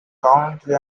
country